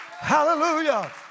Hallelujah